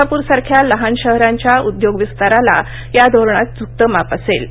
कोल्हापूरसारख्या लहान शहरांच्या उद्योग विस्ताराला या धोरणात झुकतं माप असेल